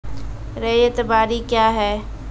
रैयत बाड़ी क्या हैं?